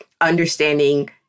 understanding